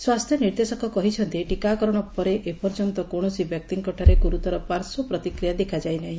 ସ୍ୱାସ୍ଥ୍ୟ ନିର୍ଦ୍ଦେଶକ କହିଛନ୍ତି ଟିକାକରଶ ପରେ ଏପର୍ଯ୍ୟନ୍ତ କୌଣସି ବ୍ୟକ୍ତିଙ୍କଠାରେ ଗୁରୁତର ପାର୍ଶ୍ୱପ୍ରତିକ୍ରିୟା ଦେଖାଯାଇନାହି